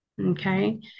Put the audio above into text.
okay